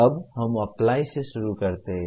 अब हम अप्लाई से शुरू करते हैं